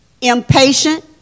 impatient